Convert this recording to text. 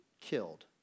killed